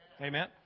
amen